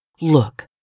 Look